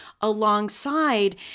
alongside